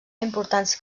importants